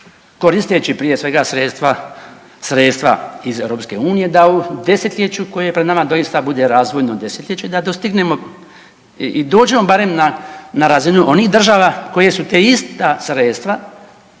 koristeći prije svega sredstva iz Europske unije da u desetljeću koje je pred nama doista bude razvojno desetljeće da dostignemo i dođemo barem na razinu onih država koje su ta ista sredstva